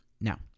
Now